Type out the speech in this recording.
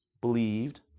believed